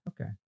Okay